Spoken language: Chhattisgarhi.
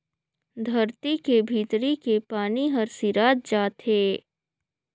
धरती के भीतरी के पानी हर सिरात जात हे